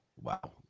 wow